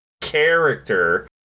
character